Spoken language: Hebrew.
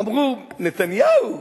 אמרו, נתניהו?